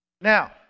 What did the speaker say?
Now